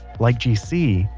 like gc,